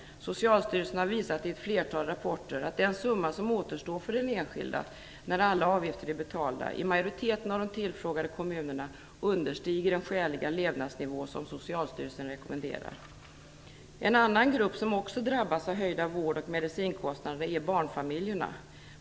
Socialstyrelsen har visat i ett flertal rapporter att den summa som återstår för den enskilde - när alla avgifter är betalda - i majoriteten av de tillfrågade kommunerna understiger den skäliga levnadsnivå som En annan grupp som också drabbas av höjda vårdoch medicinkostnader är barnfamiljerna.